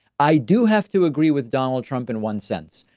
i do have to agree with donald trump. in one sense,